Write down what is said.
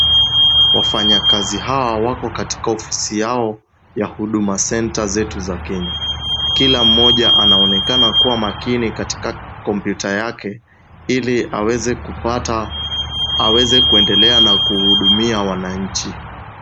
Wafanyakazi hawa wako katika ofisi yao, ya huduma center zetu za Kenya. Kila mmoja anaonekana kuwa makini katika kompyuta yake, ili aweze kupata, aweze kuendelea na kuhudumia wananchi.